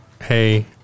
Hey